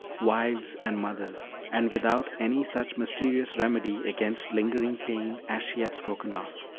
wives and mothers, and without any such mysterious remedy against lingering pain as she had spoken of.